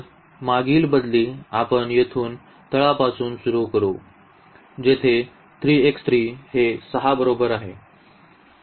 तर मागील बदली आपण येथून तळापासून सुरू करू जेथे 3 हे 6 बरोबर आहे